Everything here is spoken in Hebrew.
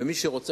ומי שרוצה,